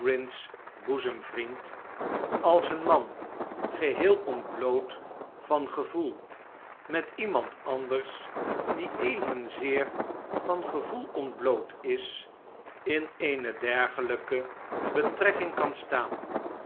boezemvriend als een man geheel ontbloot van gevoel met iemand anders die evenzeer van gevoel ontbloot is in eene dergelijke betrekking kan staan